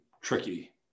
tricky